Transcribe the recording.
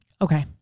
Okay